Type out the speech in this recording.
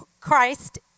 Christ